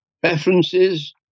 preferences